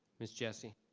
miss jessie.